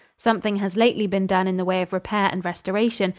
something has lately been done in the way of repair and restoration,